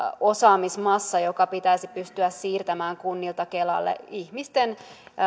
osaamismassa joka pitäisi pystyä siirtämään kunnilta kelalle ihmisten